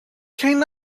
kind